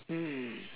mm